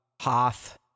Hoth